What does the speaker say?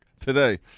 Today